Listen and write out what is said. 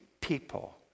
people